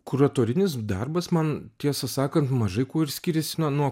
kuratorinis darbas man tiesą sakant mažai kuo ir skiriasi na nuo